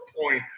point